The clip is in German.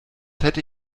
hätte